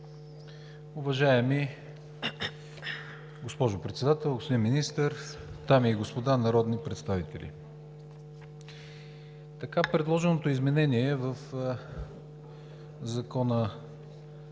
Уважаема госпожо Председател, господин Министър, дами и господа народни представители! Така предложеното изменение в Закона